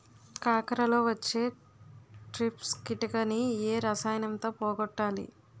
కాకరలో వచ్చే ట్రిప్స్ కిటకని ఏ రసాయనంతో పోగొట్టాలి?